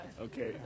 Okay